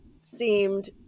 seemed